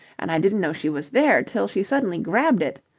and i didn't know she was there till she suddenly grabbed it.